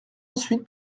ensuite